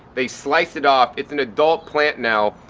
they sliced it off, it's an adult plant now,